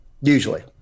Usually